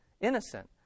innocent